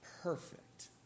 perfect